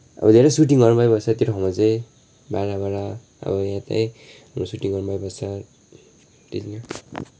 अब धेरै सुटिङहरू भइबस्छ त्यो ठाउँमा चाहिँ बेला बेला अब यहाँ चाहिँ सुटिङहरू भइबस्छ त्यति नै हो